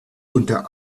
unter